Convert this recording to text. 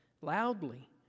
loudly